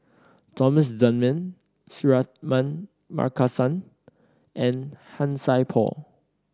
Thomas Dunman Suratman Markasan and Han Sai Por